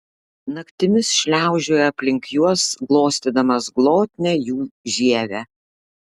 naktimis šliaužiojo aplink juos glostydamas glotnią jų žievę